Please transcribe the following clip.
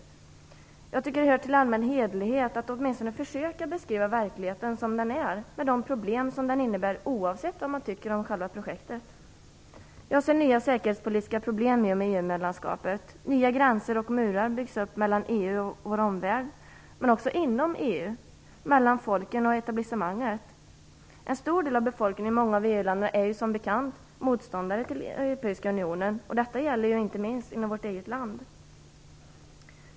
Jag tycker att det hör till allmän hederlighet att åtminstone försöka beskriva verkligheten som den är, med de problem som den innebär, oavsett vad man tycker om själva projektet. Jag ser nya säkerhetspolitiska problem i och med EU-medlemskapet. Nya gränser och murar byggs upp mellan EU och vår omvärld, men också inom EU, mellan folken och etablissemanget. En stor del av befolkningen i många av U-länderna är ju som bekant motståndare till Europeiska unionen. Detta gäller inte minst inom vårt eget land.